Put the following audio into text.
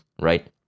right